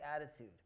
attitude